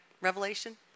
revelation